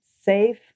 safe